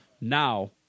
Now